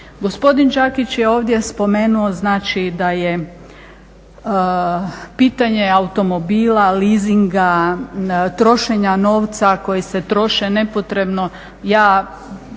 Gospodin Đakić je ovdje spomenuo znači da je pitanje automobila, leasinga, trošenja novca koji se troše ne potrebno.